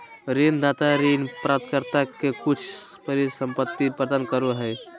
ऋणदाता ऋण प्राप्तकर्ता के कुछ परिसंपत्ति प्रदान करो हइ